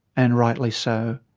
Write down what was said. and rightly so.